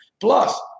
Plus